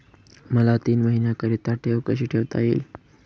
मला तीन महिन्याकरिता ठेव कशी ठेवता येईल?